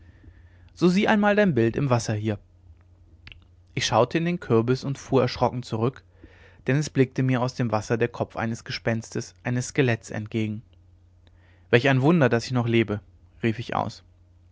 so sieh einmal dein bild im wasser hier ich schaute in den kürbis und fuhr erschrocken zurück denn es blickte mir aus dem wasser der kopf eines gespenstes eines skeletts entgegen welch ein wunder daß ich noch lebe rief ich aus